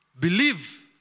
believe